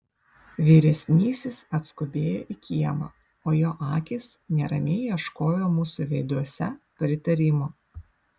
vyresnysis atskubėjo į kiemą o jo akys neramiai ieškojo mūsų veiduose pritarimo